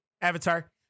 Avatar